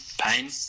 pain